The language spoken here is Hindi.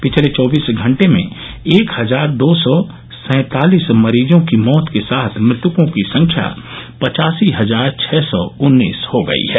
पिछले चौबीस घंटे में एक हजार दौ सौ सैंतालिस मरीजों की मौत के साथ मृतकों की संख्या पचासी हजार छह सौ उन्नीस हो गई है